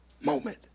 moment